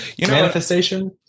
manifestation